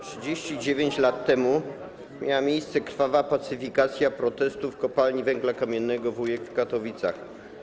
39 lat temu miała miejsce krwawa pacyfikacja protestu w Kopalni Węgla Kamiennego Wujek w Katowicach.